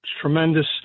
Tremendous